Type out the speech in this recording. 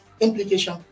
implication